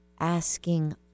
asking